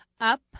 Up